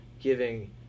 giving